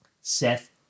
Seth